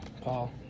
Paul